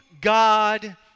God